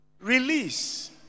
Release